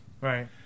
right